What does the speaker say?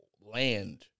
land